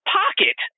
pocket